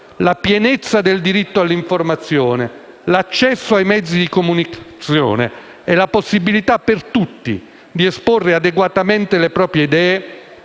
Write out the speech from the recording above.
la pienezza del diritto all'informazione, l'accesso ai mezzi di comunicazione e la possibilità per tutti di esporre adeguatamente le proprie idee,